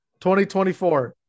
2024